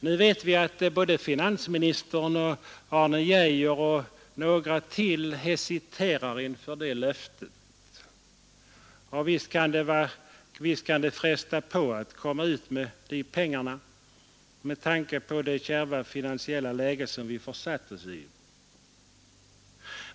Nu vet vi att både finansministern, Arne Geijer och några till hesiterar för det löftet. Och visst kan det fresta på att komma ut med dessa pengar, med tanke på det kärva finansiella läge som vi försatt oss i.